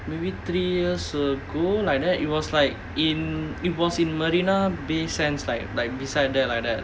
maybe three years ago like that it was like in it was in marina bay sands like like beside that like that